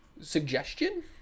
suggestion